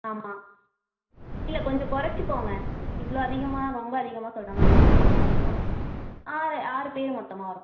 ஆமாம் இல்லை கொஞ்சம் குறைச்சுக்கோங்க இவ்வளோ அதிகமாக ரொம்ப அதிகமாக சொல்கிற மாதிரி இருக்குது கொஞ்சம் குறைச்சுக்கோங்க ஆறு ஆறு பேர் மொத்தமாக வரோம்